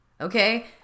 okay